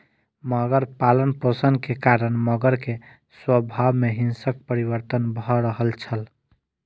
मगर पालनपोषण के कारण मगर के स्वभाव में हिंसक परिवर्तन भ रहल छल